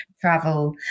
travel